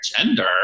gender